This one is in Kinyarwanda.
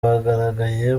bagaragaye